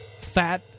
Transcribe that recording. fat